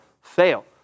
fail